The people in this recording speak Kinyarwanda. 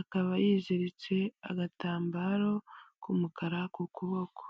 akaba yiziritse agatambaro k'umukara ku kuboko.